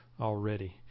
already